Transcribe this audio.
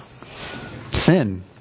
Sin